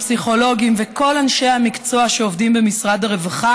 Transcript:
הפסיכולוגים וכל אנשי המקצוע שעובדים במשרד הרווחה